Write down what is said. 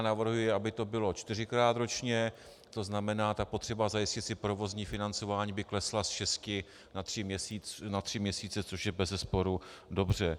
Navrhuji, aby to bylo čtyřikrát ročně, tzn. ta potřeba zajistit si provozní financování by klesla z šesti na tři měsíce, což je bezesporu dobře.